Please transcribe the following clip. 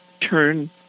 turn